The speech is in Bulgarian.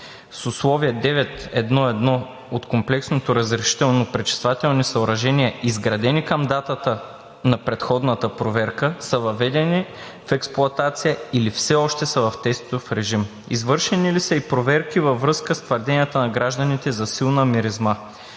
с условие 9-1-1 от комплексното разрешително пречиствателни съоръжения, изградени към датата на предходната проверка, са въведени в експлоатация, или все още са в тестов режим? Извършени ли са и проверки във връзка с твърденията на гражданите за силна миризма?